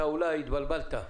אולי התבלבלת.